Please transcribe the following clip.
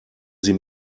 sie